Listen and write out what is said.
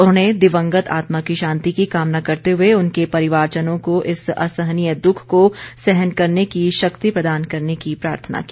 उन्होंने दिवंगत आत्मा की शांति की कामना करते हुए उनके परिवारजनों को इस असहनीय दुख को सहन करने की शक्ति प्रदान करने की प्रार्थना की